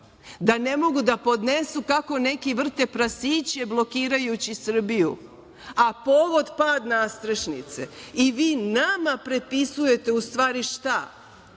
da ne mogu da podnesu kako neki vrte prasiće, blokirajući Srbiju, a povod pad nastrešnice i vi nama prepisujete u stvari šta?